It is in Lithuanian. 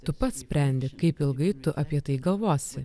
tu pats sprendi kaip ilgai tu apie tai galvosi